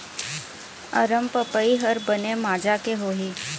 अरमपपई हर बने माजा के होही?